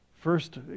first